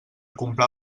comprar